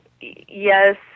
yes